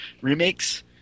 remakes